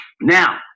Now